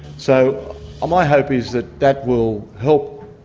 so ah my hope is that that will help,